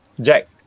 Jack